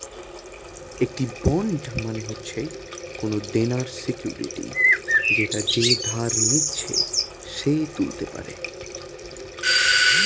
একটি বন্ড মানে হচ্ছে কোনো দেনার সিকিউরিটি যেটা যে ধার নিচ্ছে সে তুলতে পারে